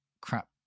crap